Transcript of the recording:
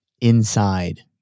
inside